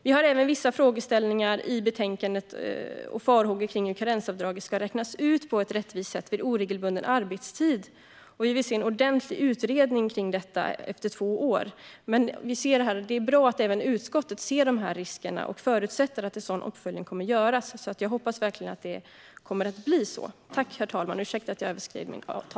Vi har även vissa frågeställningar och farhågor kring hur karensavdraget ska räknas ut på ett rättvist sätt vid oregelbunden arbetstid och vill se en ordentlig uppföljning av detta efter två år. Det är bra att även utskottet ser riskerna, och vi förutsätter att en sådan uppföljning kommer att göras. Jag hoppas verkligen att det kommer att bli så.